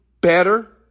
better